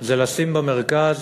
זה לשים במרכז